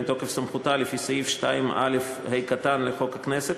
מתוקף סמכותה לפי סעיף לפי סעיף 2א(ה) לחוק הכנסת,